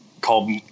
called